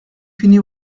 fini